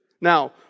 Now